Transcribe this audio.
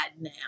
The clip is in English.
now